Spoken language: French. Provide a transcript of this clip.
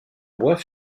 bois